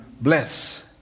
bless